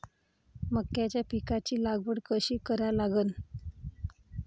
मक्याच्या पिकाची लागवड कशी करा लागन?